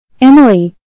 Emily